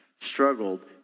struggled